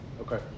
Okay